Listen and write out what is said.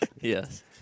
Yes